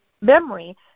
memory